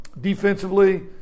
Defensively